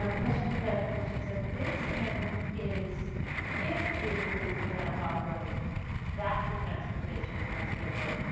um question for clarification. so this amendment is if we approve the grandfathering that the transportation comes with it,